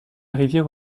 rivière